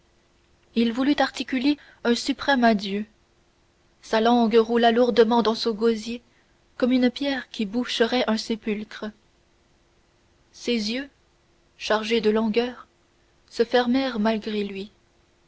il voulut articuler un suprême adieu sa langue roula lourdement dans son gosier comme une pierre qui boucherait un sépulcre ses yeux chargés de langueurs se fermèrent malgré lui